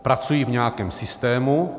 Pracují v nějakém systému.